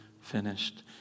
finished